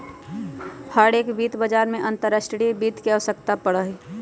हर एक वित्त बाजार में अंतर्राष्ट्रीय वित्त के आवश्यकता पड़ा हई